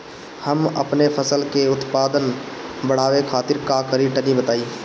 हम अपने फसल के उत्पादन बड़ावे खातिर का करी टनी बताई?